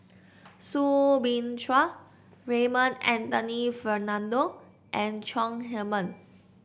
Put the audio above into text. Soo Bin Chua Raymond Anthony Fernando and Chong Heman